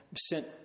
sent